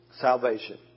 Salvation